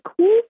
cool